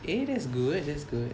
eh that's good that's good